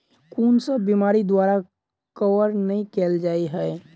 कुन सब बीमारि द्वारा कवर नहि केल जाय है?